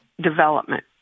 development